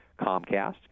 Comcast